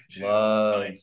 love